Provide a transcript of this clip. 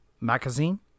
magazine